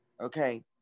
Okay